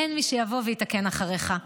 אין מי שיבוא ויתקן אחריך.